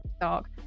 dark